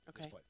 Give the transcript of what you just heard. Okay